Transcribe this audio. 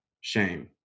shame